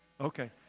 Okay